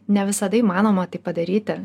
ne visada įmanoma tai padaryti